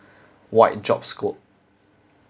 wide job scope